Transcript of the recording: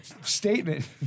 statement